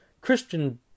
Christian